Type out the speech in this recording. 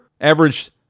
averaged